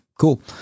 cool